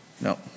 No